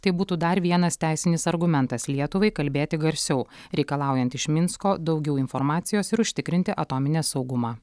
tai būtų dar vienas teisinis argumentas lietuvai kalbėti garsiau reikalaujant iš minsko daugiau informacijos ir užtikrinti atominės saugumą